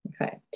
Okay